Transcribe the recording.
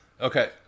Okay